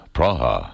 Praha